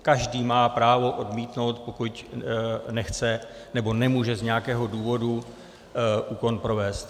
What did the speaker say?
Každý má právo odmítnout, pokud nechce nebo nemůže z nějakého důvodu úkon provést.